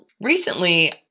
recently